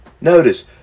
Notice